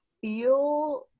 feel